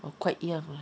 quite young ah